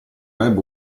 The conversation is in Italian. web